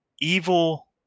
evil